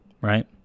right